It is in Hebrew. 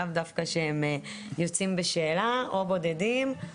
לאו דווקא שהם יוצאים בשאלה או בודדים.